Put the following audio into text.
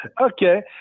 Okay